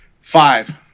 five